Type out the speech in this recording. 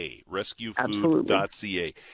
rescuefood.ca